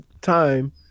time